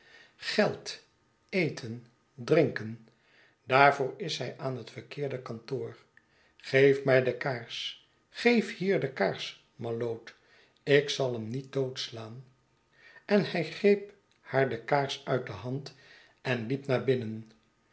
geld eten drinken daarvoor is hij aan het verkeerde kantoor geef mij de kaars geef hier de kaars malloot ik zal hem niet doodslaan en hij greep haar de kaars uit de hand en liep naar binnen